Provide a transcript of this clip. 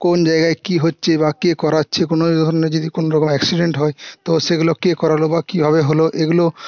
কোন জায়গায় কী হচ্ছে বা কে করাচ্ছে কোনো ধরণের যদি কোনো রকম অ্যাকসিডেন্ট হয় তো সেগুলো কে করালো বা কী ভাবে হল এগুলো